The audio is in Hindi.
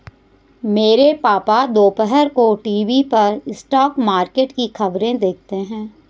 मेरे पापा दोपहर को टीवी पर स्टॉक मार्केट की खबरें देखते हैं